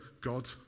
God